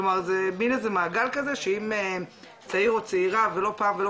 כלומר מין איזה מעגל כזה שאם צעיר או צעירה ולא פעם ולא